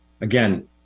again